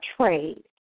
trade